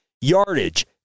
yardage